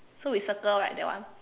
so we circle right that one